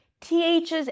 THs